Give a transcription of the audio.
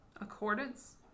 Accordance